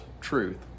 truth